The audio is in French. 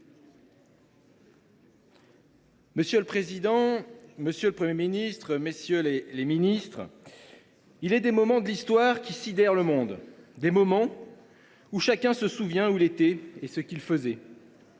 Monsieur le président, monsieur le Premier ministre, messieurs les ministres, mes chers collègues, il est des moments dans l’Histoire qui sidèrent le monde, des moments où chacun se souvient où il était et ce qu’il faisait.